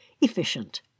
efficient